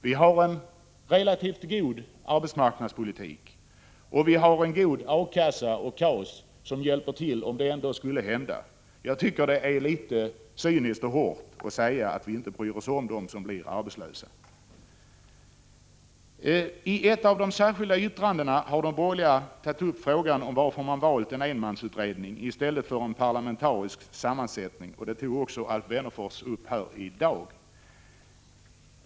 Vi har en relativt god arbetsmarknadspolitik, och vi har en god A-kassa och KAS som hjälper till, om det ändå skulle hända att man drabbas av arbetslöshet. Jag tycker att det ärlitet cyniskt och hårt att säga att vi inte bryr oss om dem som blir arbetslösa. Iett av de särskilda yttrandena har de borgerliga tagit upp frågan om varför man valt en enmansutredning i stället för en parlamentariskt sammansatt kommitté. Den frågan tog Alf Wennerfors också upp här i dag.